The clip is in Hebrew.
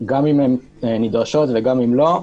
אם הן נדרשות וגם אם לא,